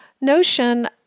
notion